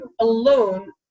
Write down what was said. alone